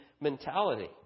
mentality